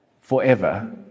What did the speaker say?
forever